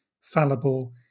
fallible